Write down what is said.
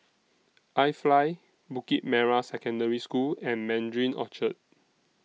IFly Bukit Merah Secondary School and Mandarin Orchard